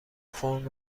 فرم